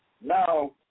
Now